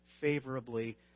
favorably